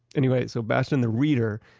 anyway, so bastian, the reader,